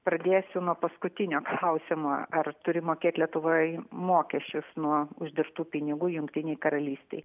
pradėsiu nuo paskutinio klausimo ar turi mokėt lietuvai mokesčius nuo uždirbtų pinigų jungtinėj karalystėj